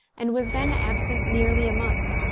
and was then absent nearly a month.